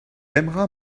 aimera